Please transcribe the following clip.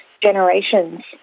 generations